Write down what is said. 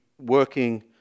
working